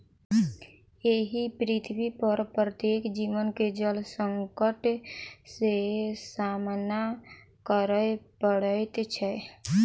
एहि पृथ्वीपर प्रत्येक जीव के जल संकट सॅ सामना करय पड़ैत छै